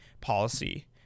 policy